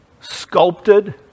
sculpted